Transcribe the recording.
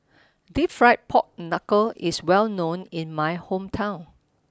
Deep Fried Pork Knuckle is well known in my hometown